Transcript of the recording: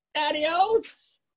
adios